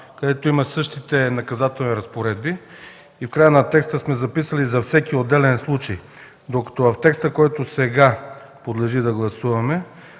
където има същите наказателни разпоредби, накрая на текста сме записали „за всеки отделен случай”. В текста, който сега предстои да гласуваме